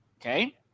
Okay